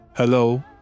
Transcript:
Hello